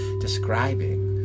describing